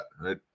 right